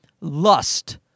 lust